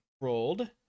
rolled